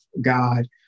God